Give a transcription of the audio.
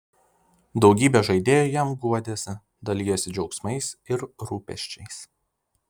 daugybė žaidėjų jam guodėsi dalijosi džiaugsmais ir rūpesčiais